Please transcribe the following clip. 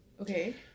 Okay